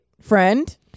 friend